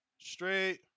Straight